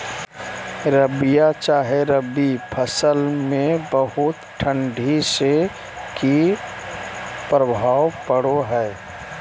रबिया चाहे रवि फसल में बहुत ठंडी से की प्रभाव पड़ो है?